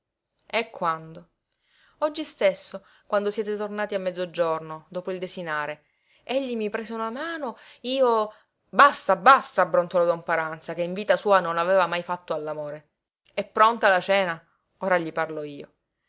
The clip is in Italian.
e quando oggi stesso quando siete tornati a mezzogiorno dopo il desinare egli mi prese una mano io basta basta brontolò don paranza che in vita sua non aveva mai fatto all'amore è pronta la cena ora gli parlo io